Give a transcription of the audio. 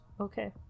Okay